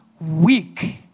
weak